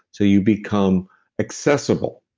so you become accessible,